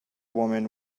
woman